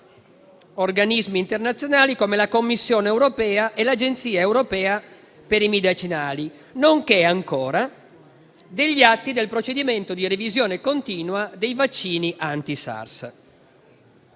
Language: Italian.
quali l'OMS, nonché la Commissione europea e l'Agenzia europea per i medicinali, nonché ancora gli atti del procedimento di revisione continua dei vaccini anti-SARS.